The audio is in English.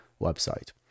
website